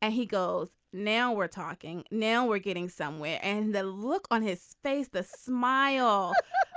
and he goes. now we're talking now we're getting somewhere. and the look on his face the smile